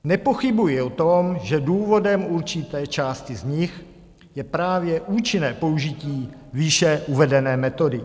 Nepochybuji o tom, že důvodem určité části z nich je právě účinné použití výše uvedené metody.